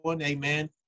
amen